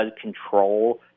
control